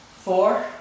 four